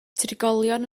trigolion